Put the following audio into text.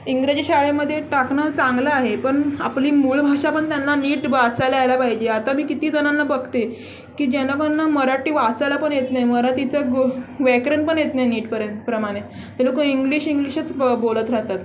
इंग्रजी शाळेमध्ये टाकणं चांगलं आहे पण आपली मूळ भाषा पण त्यांना नीट वाचायला यायला पाहिजे आता मी किती जणांना बघते की जेनकांना मराठी वाचायला पण येत नाही मराठीचं गो व्याकरण पण येत नाही नीटपर्यंत प्रमाणे ते लोकं इंग्लिश इंग्लिशच ब बोलत राहतात